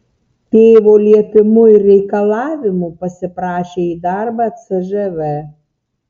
tėvo liepimu ir reikalavimu pasiprašė į darbą cžv